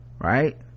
right